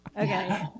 Okay